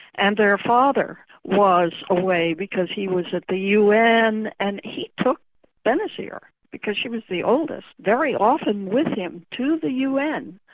and their father was away because he was at the un and he took benazir, because she was the oldest, very often with him to the un.